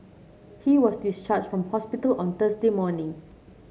he was discharged from hospital on Thursday morning